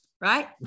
right